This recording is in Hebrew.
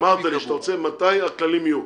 אמרת לי שאתה רוצה לדעת מתי הכללי יהיו.